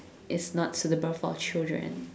it's not suitable for children